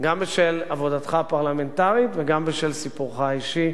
גם בשל עבודתך הפרלמנטרית וגם בשל סיפורך האישי,